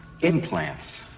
Implants